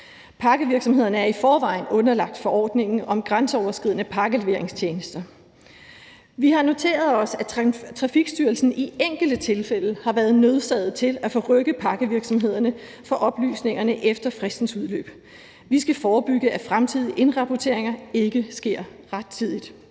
Pakkevirksomhederne er i forvejen underlagt forordningen om grænseoverskridende pakkeleveringstjenester. Vi har noteret os, at Trafikstyrelsen i enkelte tilfælde har været nødsaget til at rykke pakkevirksomhederne for oplysningerne efter fristens udløb. Vi skal forebygge, at fremtidige indrapporteringer ikke sker rettidigt.